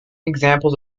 examples